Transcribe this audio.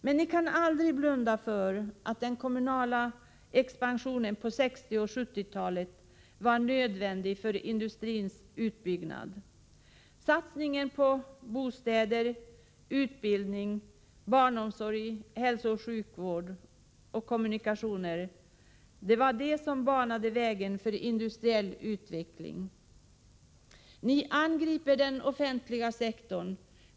Men ni kan aldrig blunda för att den kommunala expansionen på 1960 och 1970-talen var nödvändig för industrins utbyggnad. Satsningen på bostäder, utbildning, barnomsorg, hälsooch sjukvård samt kommunikationer var det som banade vägen för industriell utveckling. Ni angriper den offentliga sektorn.